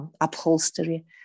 upholstery